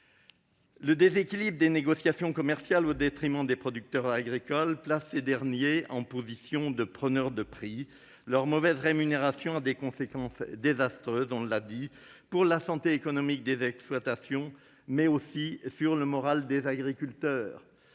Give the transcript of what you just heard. Le déséquilibre des négociations commerciales au détriment des producteurs agricoles place ces derniers en position de « preneurs de prix ». On l'a dit, leur mauvaise rémunération a des conséquences désastreuses sur la santé économique des exploitations, mais aussi sur le moral des agriculteurs.